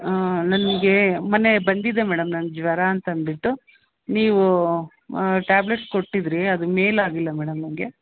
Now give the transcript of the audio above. ಹಾಂ ನನಗೆ ಮೊನ್ನೆ ಬಂದಿದ್ದೆ ಮೇಡಮ್ ನಾನು ಜ್ವರ ಅಂತಂದುಬಿಟ್ಟು ನೀವು ಟ್ಯಾಬ್ಲೆಟ್ಸ್ ಕೊಟ್ಟಿದ್ದಿರಿ ಅದು ಮೇಲಾಗಿಲ್ಲ ಮೇಡಮ್ ನನಗೆ